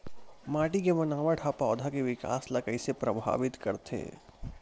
माटी के बनावट हा पौधा के विकास ला कइसे प्रभावित करथे?